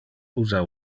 usa